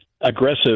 aggressive